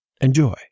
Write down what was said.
Enjoy